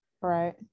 Right